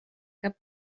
cap